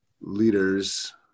leaders